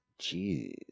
Jeez